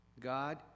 God